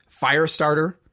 Firestarter